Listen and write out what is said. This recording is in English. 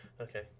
Okay